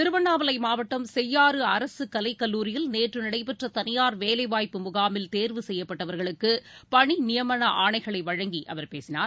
திருவண்ணாமலை மாவட்டம் செய்யாறு அரசு கலைக் கல்லூரியில் நேற்று நடைபெற்ற தனியார் வேலைவாய்ப்பு முகாமில் தேர்வு செய்யப்பட்டவர்களுக்கு பணி நியமன ஆணைகளை வழங்கி அவர் பேசினார்